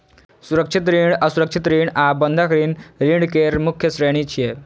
सुरक्षित ऋण, असुरक्षित ऋण आ बंधक ऋण ऋण केर मुख्य श्रेणी छियै